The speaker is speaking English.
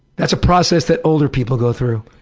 that's a process that older people go through.